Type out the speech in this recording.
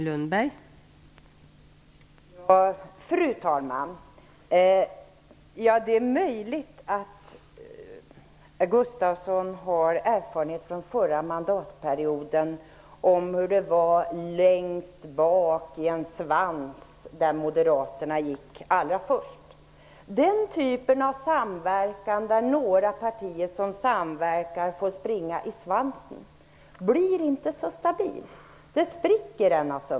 Fru talman! Det är möjligt att Holger Gustafsson har erfarenhet från förra mandatperioden av hur det var längst bak i en svans där Moderaterna gick allra först. Den typen av samverkan där några partier som samverkar får springa i svansen blir inte så stabil.